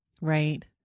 Right